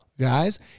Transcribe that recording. Guys